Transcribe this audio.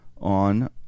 on